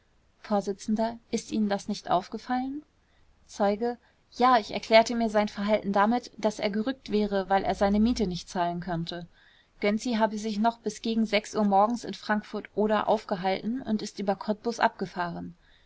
vors ist ihnen das nicht aufgefallen zeuge ja ich erklärte mir sein verhalten damit daß er gerückt wäre weil er seine miete nicht zahlen konnte gönczi habe sich noch bis gegen uhr morgens in frankfurt oder aufgehalten und ist über kottbus abgefahren